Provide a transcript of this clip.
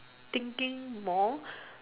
thinking more